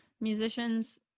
Musicians